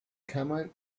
common